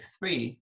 three